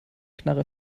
knarre